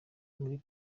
muri